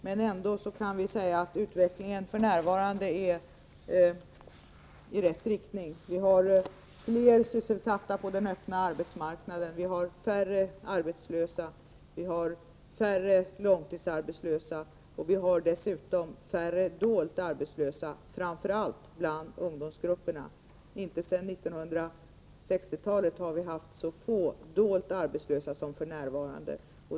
Men vi kan ändå säga att utvecklingen för närvarande går i rätt riktning. Vi har flera sysselsatta på den öppna arbetsmarknaden. Vi har färre arbetslösa, och vi har färre långtidsarbetslösa. Vi har dessutom färre dolt arbetslösa, framför allt bland ungdomsgrupperna. Inte sedan 1960-talet har vi haft så få dolt arbetslösa som för närvarande.